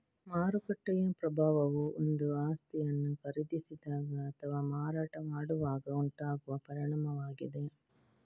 ಮಾರುಕಟ್ಟೆಯ ಪ್ರಭಾವವು ಒಂದು ಆಸ್ತಿಯನ್ನು ಖರೀದಿಸಿದಾಗ ಅಥವಾ ಮಾರಾಟ ಮಾಡುವಾಗ ಉಂಟಾಗುವ ಪರಿಣಾಮವಾಗಿದೆ